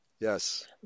Yes